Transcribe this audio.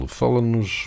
fala-nos